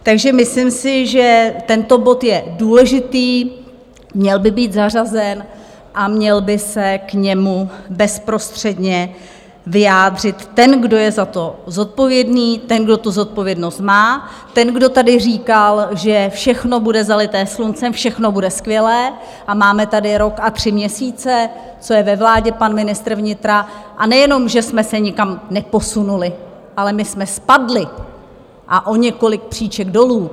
Takže myslím si, že tento bod je důležitý, měl by být zařazen a měl by se k němu bezprostředně vyjádřit ten, kdo je za to zodpovědný, ten, kdo tu zodpovědnost má, ten, kdo tady říkal, že všechno bude zalité sluncem, všechno bude skvělé, a máme tady rok a tři měsíce, co je ve vládě pan ministr vnitra, a nejenom že jsme se nikam neposunuli, ale my jsme spadli, a to o několik příček dolů.